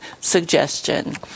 suggestion